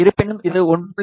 இருப்பினும் இது 1